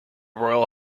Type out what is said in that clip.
royal